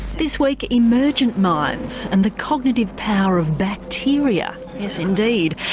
this week, emergent minds and the cognitive power of bacteria, yes indeed.